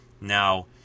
Now